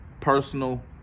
personal